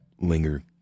Linger